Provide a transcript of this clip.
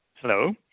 Hello